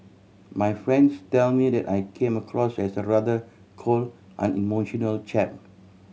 my friends tell me that I came across as a rather cold unemotional chap